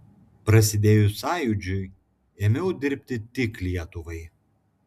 prasidėjus sąjūdžiui ėmiau dirbti tik lietuvai